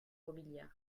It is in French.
robiliard